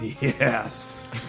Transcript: Yes